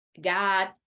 god